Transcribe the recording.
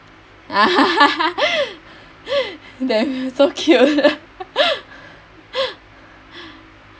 so cute